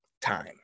time